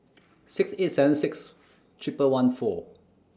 six eight seven six Triple one four